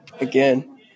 again